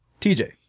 TJ